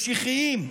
משיחיים.